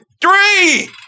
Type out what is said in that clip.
three